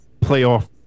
playoff